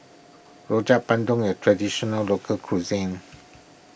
Rojak Bandung a Traditional Local Cuisine